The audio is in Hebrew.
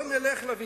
לא היו